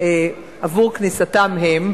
עבור כניסתם שלהם,